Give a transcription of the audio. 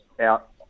out